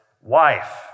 wife